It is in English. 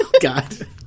God